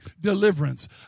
deliverance